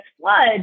flood